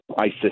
ISIS